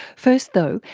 first though,